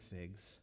figs